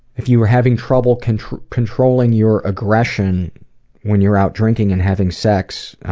if you're having trouble controlling controlling your aggression when you're out drinking and having sex,